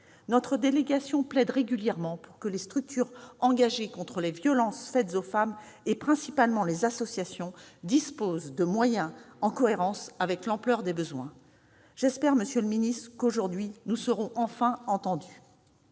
Notre délégation plaide régulièrement pour que les structures engagées contre les violences faites aux femmes, et principalement les associations, disposent de moyens en cohérence avec l'ampleur des besoins. J'espère, monsieur le secrétaire d'État, que nous serons enfin entendus